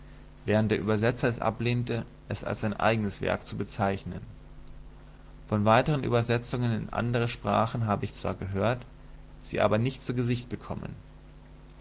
während der übersetzer es ablehnte es als sein eignes werk zu bezeichnen von weiteren übersetzungen in andere sprachen habe ich zwar gehört sie aber nicht zu gesicht bekommen